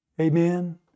Amen